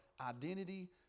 identity